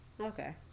Okay